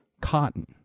cotton